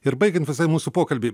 ir baigiant visai mūsų pokalbį